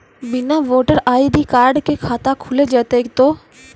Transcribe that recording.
बिना voter ID card के खाता खुल जैते तो?